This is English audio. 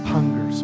Hunger